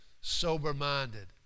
sober-minded